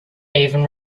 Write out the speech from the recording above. even